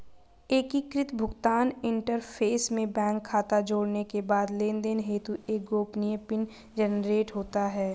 एकीकृत भुगतान इंटरफ़ेस में बैंक खाता जोड़ने के बाद लेनदेन हेतु एक गोपनीय पिन जनरेट होता है